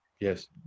Yes